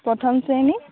প্ৰথম শ্ৰেণী